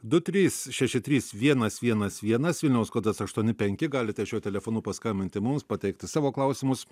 du trys šeši trys vienas vienas vienas vilniaus kodas aštuoni penki galite šiuo telefonu paskambinti mums pateikti savo klausimus